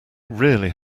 really